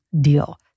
deal